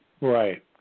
Right